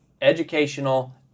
Educational